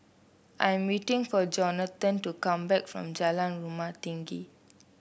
I'm waiting for Jonathon to come back from Jalan Rumah Tinggi